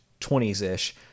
20s-ish